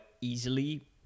easily